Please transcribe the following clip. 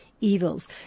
evils